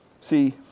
See